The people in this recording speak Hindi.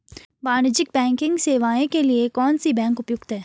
वाणिज्यिक बैंकिंग सेवाएं के लिए कौन सी बैंक उपयुक्त है?